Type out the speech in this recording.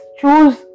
choose